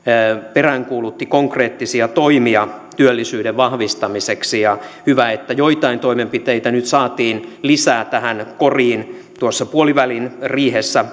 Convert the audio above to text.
peräänkuulutti konkreettisia toimia työllisyyden vahvistamiseksi ja hyvä että joitain toimenpiteitä nyt saatiin lisää tähän koriin tuossa puoliväliriihessä